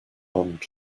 armed